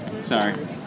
Sorry